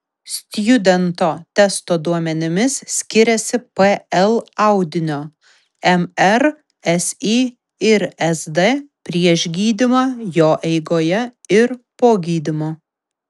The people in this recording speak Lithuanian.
stjudento testo duomenimis skiriasi pl audinio mr si ir sd prieš gydymą jo eigoje ir po gydymo